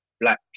Black